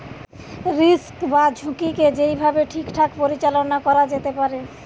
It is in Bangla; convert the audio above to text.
রিস্ক বা ঝুঁকিকে যেই ভাবে ঠিকঠাক পরিচালনা করা যেতে পারে